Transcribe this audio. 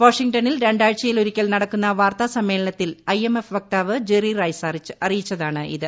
വാഷിംഗ്ടണിൽ ര ാഴ്ചയിലൊരിക്കൽ നടക്കുന്ന വാർത്താ സമ്മേളനത്തിൽ ഐ എം എഫ് വക്താവ് ജെറി റൈസ് അറിയിച്ചതാണിത്